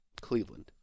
Cleveland